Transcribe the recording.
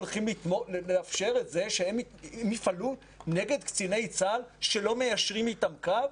ולאפשר להם לפעול נגד קציני צה"ל שלא מיישרים איתם קו?